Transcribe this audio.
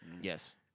Yes